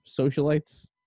socialites